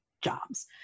jobs